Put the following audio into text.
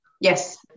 Yes